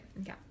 Okay